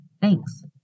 Thanks